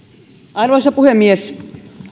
arvoisa puhemies